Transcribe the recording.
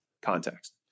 Context